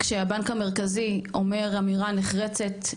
כשהבנק המרכזי אומר אמירה נחרצת,